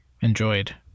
enjoyed